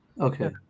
okay